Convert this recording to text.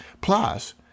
Plus